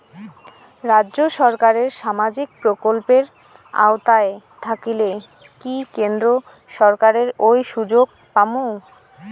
রাজ্য সরকারের সামাজিক প্রকল্পের আওতায় থাকিলে কি কেন্দ্র সরকারের ওই সুযোগ পামু?